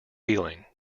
healing